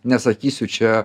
nesakysiu čia